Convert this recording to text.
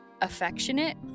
affectionate